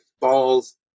balls